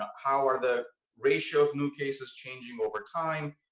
how are the ratio of new cases changing over time?